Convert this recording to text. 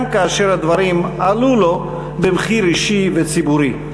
גם כאשר הדברים עלו לו במחיר אישי וציבורי.